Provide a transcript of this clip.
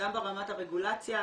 גם ברמת הרגולציה,